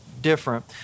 different